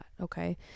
Okay